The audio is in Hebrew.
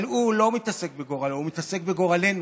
אבל הוא לא מתעסק בגורלו, הוא מתעסק בגורלנו.